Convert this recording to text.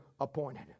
appointed